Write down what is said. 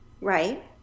Right